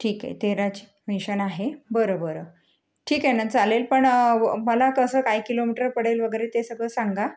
ठीक आहे तेराची मेंशन आहे बरं बरं ठीक आहे ना चालेल पण मला कसं काय किलोमीटर पडेल वगैरे ते सगळं सांगा